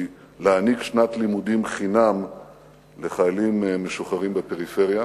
היא להעניק שנת לימודים חינם לחיילים משוחררים בפריפריה.